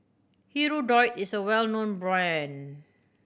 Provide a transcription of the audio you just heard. Hirudoid is a well known brand